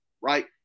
right